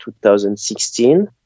2016